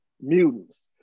mutants